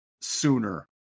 sooner